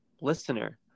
listener